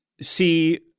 see